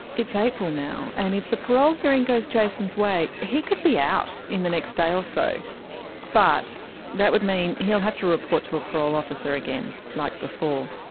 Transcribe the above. it's april now and if the parole hearing goes jason's way, he could be out in the next day or so. but that would mean he'll have to report to a parole officer again, like before.